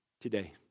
today